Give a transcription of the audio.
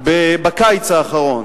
בקיץ האחרון,